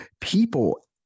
people